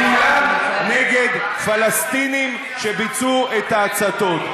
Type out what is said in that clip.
כולם נגד פלסטינים שביצעו את ההצתות.